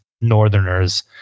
Northerners